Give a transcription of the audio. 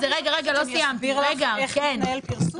שאני אסביר לך איך מתנהל פרסום?